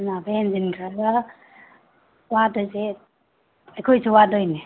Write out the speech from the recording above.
ꯅꯥꯕ ꯍꯦꯟꯖꯤꯟꯈ꯭ꯔꯒ ꯋꯥꯗꯣꯏꯁꯦ ꯑꯩꯈꯣꯏꯁꯨ ꯋꯥꯗꯣꯏꯅꯦ